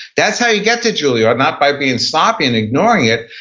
that's how you get to julliard, not by being sloppy and ignoring it,